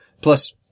Plus